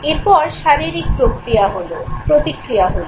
এরপর শারীরিক প্রতিক্রিয়া হলো